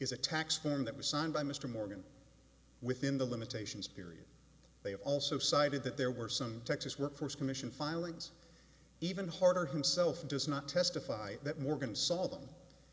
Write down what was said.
is a tax form that was signed by mr morgan within the limitations period they have also cited that there were some texas workforce commission filings even harder himself does not testify that morgan saw them